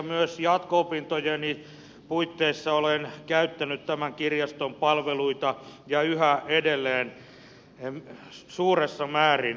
myös jatko opintojeni puitteissa olen käyttänyt tämän kirjaston palveluita ja yhä edelleen suuressa määrin